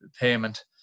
payment